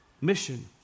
mission